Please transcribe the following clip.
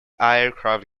aircraft